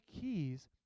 keys